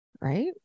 Right